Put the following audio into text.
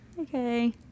Okay